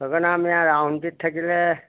সেইকাৰণে আমি আউনীআটীত থাকিলে